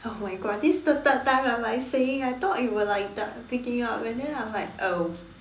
oh my god this the third time I'm like saying I thought you were like the picking up and then I am like oh